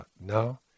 No